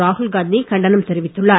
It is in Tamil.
ராகுல் கண்டனம் தெரிவித்துள்ளார்